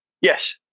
Yes